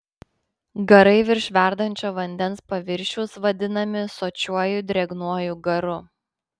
garai virš verdančio vandens paviršiaus vadinami sočiuoju drėgnuoju garu